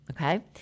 Okay